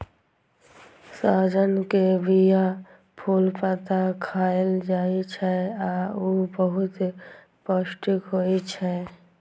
सहजन के बीया, फूल, पत्ता खाएल जाइ छै आ ऊ बहुत पौष्टिक होइ छै